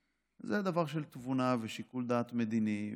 C. זה דבר של תבונה ושיקול דעת מדיני.